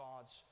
God's